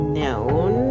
known